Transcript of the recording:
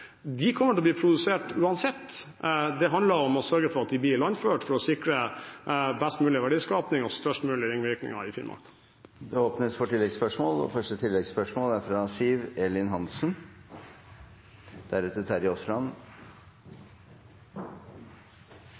De kommer til å bli produsert uansett. Det handler om å sørge for at de blir ilandført for å sikre best mulig verdiskaping og størst mulige ringvirkninger i Finnmark. Det blir gitt anledning til oppfølgingsspørsmål – først Siv Elin Hansen.